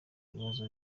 ikibazo